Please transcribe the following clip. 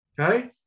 Okay